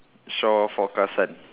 shore forecast sand